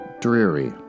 Dreary